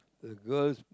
the girls